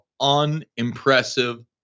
unimpressive